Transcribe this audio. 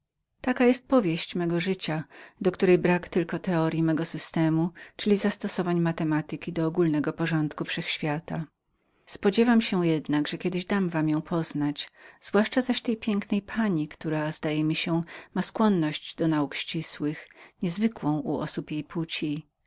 taka jest powieść mego życia do której brak tylko teoryi mego systemu czyli zastosowań matematyki do ogólnego porządku wszechświata spodziewam się jednak że kiedyś dam wam ją poznać zwłaszcza zaś tej pięknej pani która zdaje mi się że ma popęd do nauk ścisłych niezwykły osobom jej płci